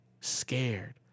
scared